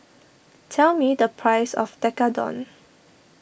tell me the price of Tekkadon